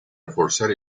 reforzar